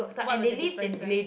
what were the differences